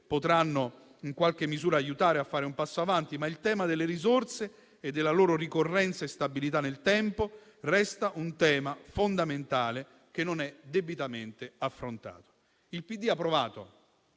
potranno in qualche misura aiutare a fare un passo avanti, ma quello delle risorse e della loro ricorrenza e stabilità nel tempo resta un tema fondamentale che non è debitamente affrontato. Il PD ha provato,